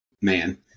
man